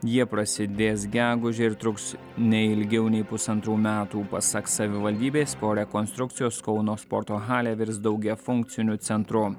jie prasidės gegužę ir truks ne ilgiau nei pusantrų metų pasak savivaldybės po rekonstrukcijos kauno sporto halė virs daugiafunkciniu centru